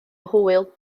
hwyl